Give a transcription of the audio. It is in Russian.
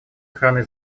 охраной